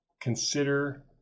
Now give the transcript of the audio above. consider